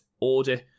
order